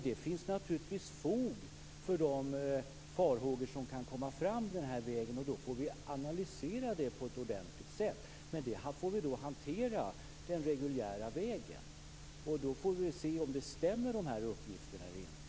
Det kan naturligtvis finnas fog för de farhågor som kommer fram den här vägen. Då får vi analysera det på ett ordentligt sätt. Men det får vi hantera den reguljära vägen. Då får vi se om de här uppgifterna stämmer eller inte.